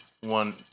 one